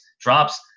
drops